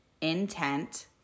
intent